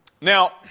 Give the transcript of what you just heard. Now